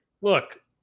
Look